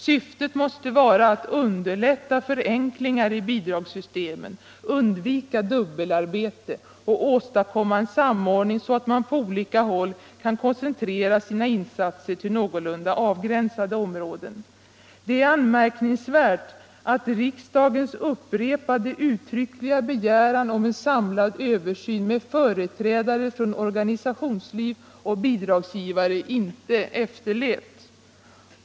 Syftet måste vara att underlätta förenklingar i bidragssystemen, undvika dubbelarbete och åstadkomma en samordning så att man på olika håll kan koncentrera sina insatser till någorlunda avgränsade områden. Det är anmärkningsvärt att riksdagens upprepade uttryckliga begäran om en samlad översyn med företrädare för organisationsliv och bidragsgivare inte efterlevts.